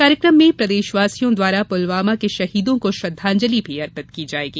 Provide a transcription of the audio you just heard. कार्यक्रम में प्रदेशवासियों द्वारा पुलवामा के शहीदों को श्रद्वांजलि अर्पित की जायेगी